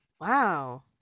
wow